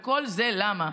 וכל זה למה?